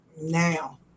Now